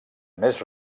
més